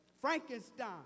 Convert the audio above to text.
Frankenstein